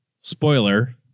spoiler